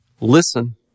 listen